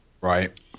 Right